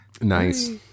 Nice